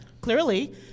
clearly